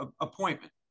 appointment